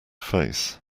face